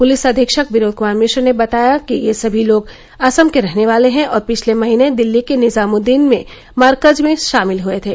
police अधीक्षक विनोद क्मार मिश्र ने बताया कि ये सभी लोग असम के रहने वाले हैं और पिछले महीने दिल्ली के निजामुददीन में मरकज में शामिल हए थे